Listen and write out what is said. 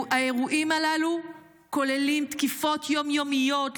האירועים הללו כוללים תקיפות יום-יומיות,